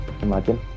Imagine